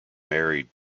married